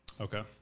Okay